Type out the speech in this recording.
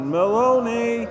Maloney